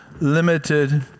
limited